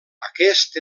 aquest